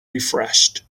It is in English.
refreshed